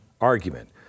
argument